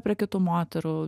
prie kitų moterų